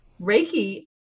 Reiki